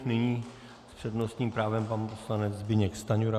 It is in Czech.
Nyní s přednostním právem pan poslanec Zbyněk Stanjura.